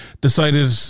decided